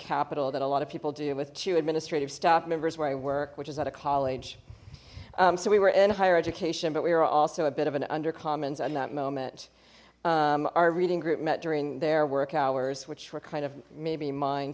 capital that a lot of people deal with to administrative staff members where i work which is at a college so we were in higher education but we were also a bit of an under commons on that moment our reading group met during their work hours which were kind of maybe min